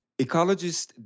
Ecologists